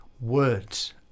words